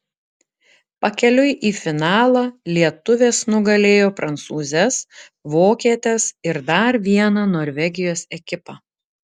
pakeliui į finalą lietuvės nugalėjo prancūzes vokietes ir dar vieną norvegijos ekipą